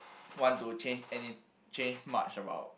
want to change any change much about